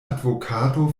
advokato